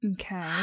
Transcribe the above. Okay